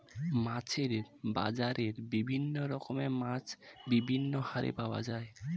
মাছের বাজারে বিভিন্ন রকমের মাছ বিভিন্ন হারে পাওয়া যায়